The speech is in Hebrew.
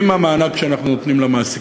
עם המענק שאנחנו נותנים למעסיק.